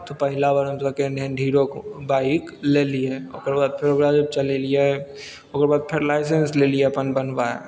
तऽ पहिला बार हम सेकण्ड हेन्ड हीरोके बाइक लेलियै ओकर बाद फेर ओकरा जब चलेलियै ओकर बाद फेर लाइसेन्स लेलियै अपन बनबाइ